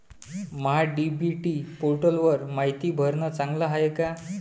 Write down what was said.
महा DBT पोर्टलवर मायती भरनं चांगलं हाये का?